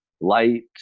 light